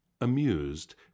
Amused